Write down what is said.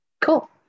Cool